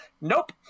nope